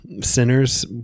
sinners